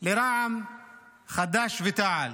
לרע"מ ולחד"ש-תע"ל.